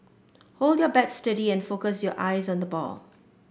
hold your bat steady and focus your eyes on the ball